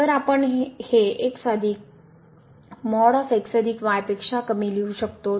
तर आपण हे x अधिक पेक्षा कमी लिहू शकतो